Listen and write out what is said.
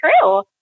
true